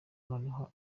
noneho